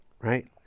right